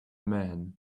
man